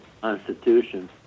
constitution